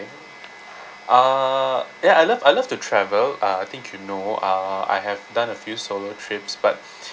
uh ya I love I love to travel uh I think you know uh I have done a few solo trips but